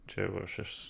čia va aš aš